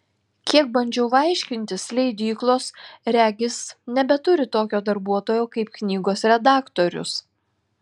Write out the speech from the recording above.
kiek bandžiau aiškintis leidyklos regis nebeturi tokio darbuotojo kaip knygos redaktorius